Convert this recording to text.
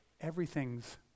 everything's